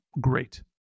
great